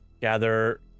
gather